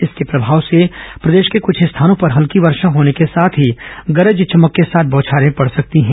इसके प्रभाव से प्रदेश के कुछ स्थानों पर हल्की वर्षा होने के साथ ही गरज चमक के साथ बौछारें पड़ सकती है